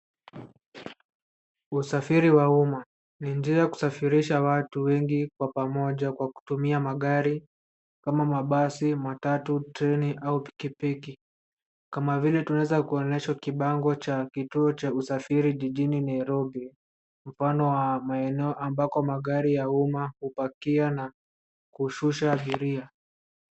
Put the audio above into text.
Usafiri wa umma ni njia ya kusafirisha watu wengi kwa pamoja kwa kutumia magari ama mabasi, matatu, treni au pikipiki, kama vile tunaweza kuonyeshwa kibango cha kituo cha usafiri jijini Nairobi, mfano wa eneo ambako magari ya umma hupakia na kushusha abiria.